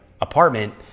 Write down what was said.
apartment